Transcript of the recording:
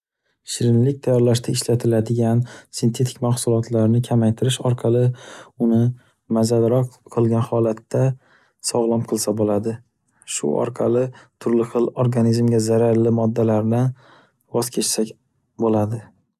Shirinlik tayyorlashda ishlatiladigan sintetik mahsulotlarni kamaytirish orqali uni mazaliroq qilgan holatda sogʻlom qilsa boʻladi, shu orqali turli xil organizmga zararli moddalardan voz kechsak bo'ladi.